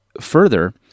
further